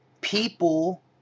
people